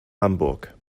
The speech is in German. hamburg